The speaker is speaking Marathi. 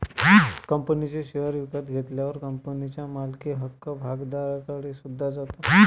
कंपनीचे शेअर विकत घेतल्यावर कंपनीच्या मालकी हक्क भागधारकाकडे सुद्धा जातो